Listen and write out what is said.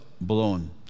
blown